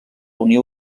unió